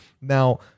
Now